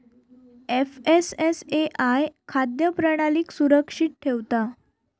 FSSAI खाद्य प्रणालीक सुरक्षित ठेवता